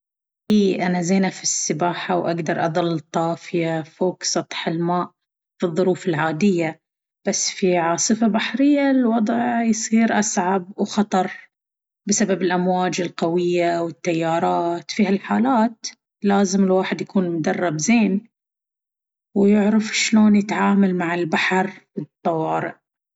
إيه، أنا زينة في السباحة وأقدر أظل طافية فوق سطح الماء في الظروف العادية. بس في عاصفة بحرية، الوضع يصير أصعب وخطر بسبب الأمواج القوية والتيارات. في هالحالات، لازم الواحد يكون مدرب زين ويعرف شلون يتعامل مع البحر في الطوارئ.